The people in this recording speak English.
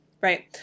right